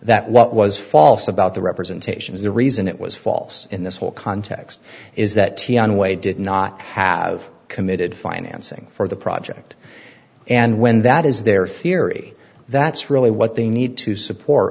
that what was false about the representation is the reason it was false in this whole context is that anway did not have committed financing for the project and when that is their theory that's really what they need to support